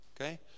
okay